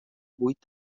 buit